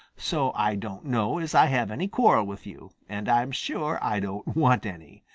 so i don't know as i have any quarrel with you, and i'm sure i don't want any.